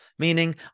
Meaning